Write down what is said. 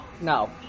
no